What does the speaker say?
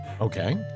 okay